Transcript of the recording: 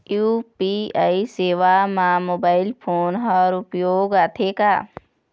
UPI सेवा म mobile phone हर उपयोग आथे का?